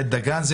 בית דגן.